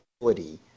ability